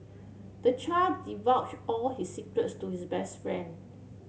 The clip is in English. the child divulged all his secrets to his best friend